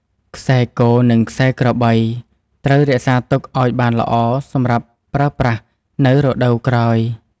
ខ្សែគោ និងខ្សែក្របី ត្រូវរក្សាទុកឱ្យបានល្អសម្រាប់ប្រើប្រាស់នៅរដូវក្រោយ។